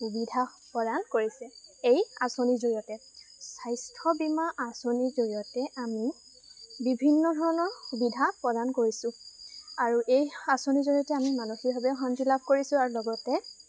সুবিধা প্ৰদান কৰিছে এই আঁচনিৰ জৰিয়তে স্বাস্থ্য বীমা আঁচনিৰ জৰিয়তে আমি বিভিন্ন ধৰণৰ সুবিধা প্ৰদান কৰিছোঁ আৰু এই আঁচনিৰ জৰিয়তে আমি মানসিকভাৱেও শান্তি লাভ কৰিছোঁ আৰু লগতে